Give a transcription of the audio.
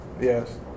yes